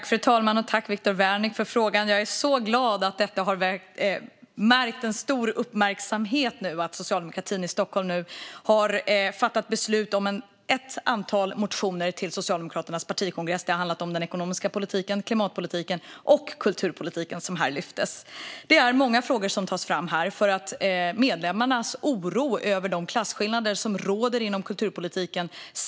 Fru talman! Tack, Viktor Wärnick, för frågan! Jag är så glad över att det har väckt stor uppmärksamhet att socialdemokratin i Stockholm nu har fattat beslut om ett antal motioner till Socialdemokraternas partikongress. Det har handlat om den ekonomiska politiken, klimatpolitiken och kulturpolitiken, som här lyftes fram. Det är många frågor som lyfts fram för att medlemmarna oroas över de klasskillnader som råder inom kulturpolitiken.